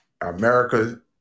America